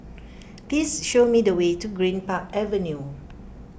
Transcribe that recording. please show me the way to Greenpark Avenue